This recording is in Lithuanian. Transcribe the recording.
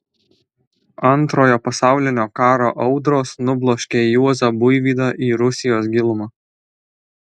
antrojo pasaulinio karo audros nubloškė juozą buivydą į rusijos gilumą